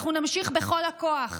אנחנו נמשיך בכל הכוח.